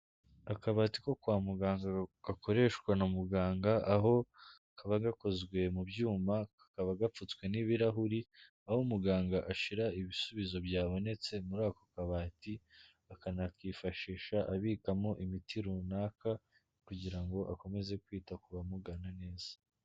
Akabati ko kwa muganga gakoreshwa na muganga, aho kaba gakozwe mu byuma kakaba gapfutswe n'ibirahuri, aho umuganga ashyira ibisubizo byabonetse muri ako kabati, akanakifashisha abikamo imiti runaka, kugira ngo akomeze kwita ku bamugana neza.